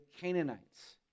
Canaanites